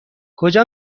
کجا